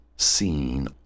seen